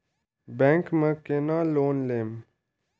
Bank में केना loan लेम?